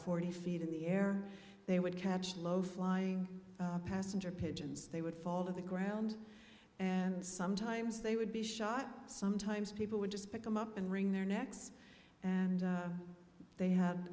forty feet in the air they would catch low flying passenger pigeons they would fall of the ground and sometimes they would be shot sometimes people would just pick them up and wring their necks and they ha